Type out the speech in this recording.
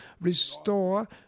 restore